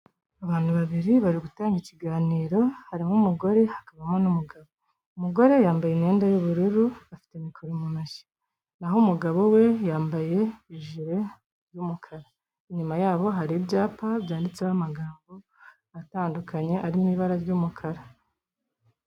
Abantu babiri bari gutanga ikiganiro, harimo umugore hakabamo n'umugabo, umugore yambaye imyenda y'ubururu, afite mikoro mu ntoki. Naho umugabo we yambaye ijire y'umukara. Inyuma yabo hari ibyapa, byanditseho amagambo atandukanye, ari mu ibara ry'umukara.